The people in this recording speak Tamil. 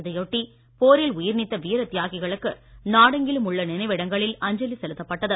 இதையொட்டி போரில் உயிர் நீத்த வீர தியாகிகளுக்கு நாடெங்கிலும் உள்ள நினைவிடங்களில் அஞ்சலி செலுத்தப்பட்டது